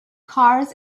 cars